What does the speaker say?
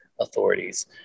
authorities